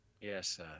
Yes